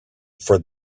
for